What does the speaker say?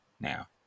now